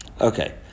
Okay